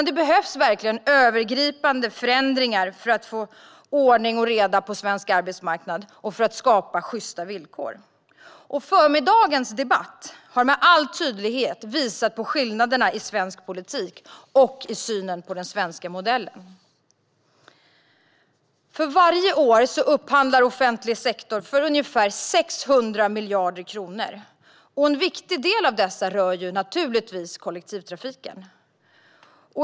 Det behövs verkligen övergripande förändringar för att få ordning och reda på svensk arbetsmarknad och för att skapa sjysta villkor. Förmiddagens debatt har med all tydlighet visat på skillnaderna i svensk politik och i synen på den svenska modellen. Varje år upphandlar offentlig sektor för ungefär 600 miljarder kronor. En viktig del av denna summa rör naturligtvis kollektivtrafiken.